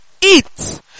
eat